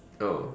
oh